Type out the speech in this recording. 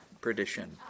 perdition